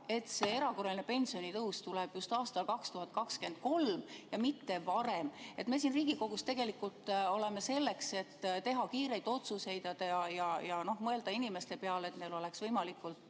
et erakorraline pensionitõus tuleb just aastal 2023 ja mitte varem? Me siin Riigikogus oleme selleks, et teha kiireid otsuseid ja mõelda inimeste peale, et nende heaolu oleks võimalikult